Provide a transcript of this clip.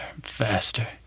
faster